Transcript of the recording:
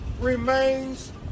remains